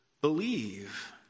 believe